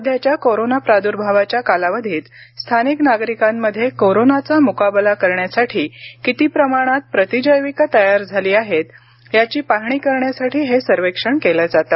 सध्याच्या कोरोना प्रादुर्भावाच्या कालावधीत स्थानिक नागरिकांमध्ये कोरोनाचा मुकाबला करण्यासाठी किती प्रमाणात प्रतिजैविकं तयार झाली आहेत याची पाहणी करण्यासाठी हे सर्वेक्षण केलं जातं